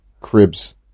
Cribs